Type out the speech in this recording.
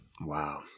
Wow